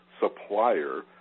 supplier